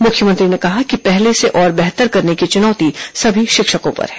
मुख्यमंत्री ने कहा कि पहले से और बेहतर करने की चुनौती सभी शिक्षकों पर है